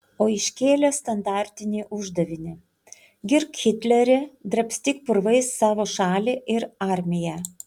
o iškėlė standartinį uždavinį girk hitlerį drabstyk purvais savo šalį ir armiją